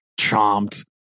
chomped